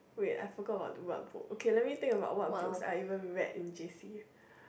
wait I forgot about what book okay let me think about what book I even read in j_c